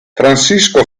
francisco